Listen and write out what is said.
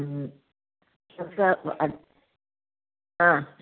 സ ആ